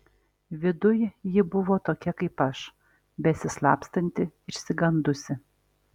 viduj ji buvo tokia kaip aš besislapstanti išsigandusi